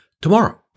tomorrow